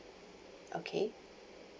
okay